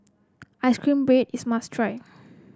ice cream bread is a must try